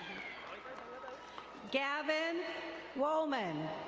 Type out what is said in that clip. like gavin lohman.